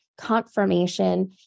confirmation